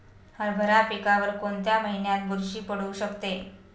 हरभरा पिकावर कोणत्या महिन्यात बुरशी पडू शकते?